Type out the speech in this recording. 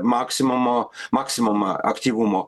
maksimumo maksimumą aktyvumo